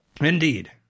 indeed